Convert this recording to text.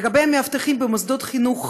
לגבי מאבטחים במוסדות חינוך,